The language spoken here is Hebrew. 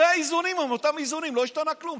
הרי האיזונים הם אותם איזונים, לא השתנה כלום.